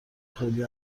خیلی